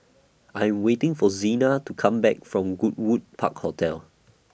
I Am waiting For Zena to Come Back from Goodwood Park Hotel